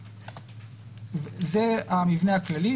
זה המבנה הכללי.